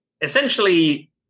essentially